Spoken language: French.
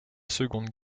seconde